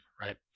right